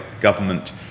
government